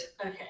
Okay